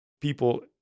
people